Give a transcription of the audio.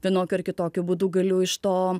vienokiu ar kitokiu būdu galiu iš to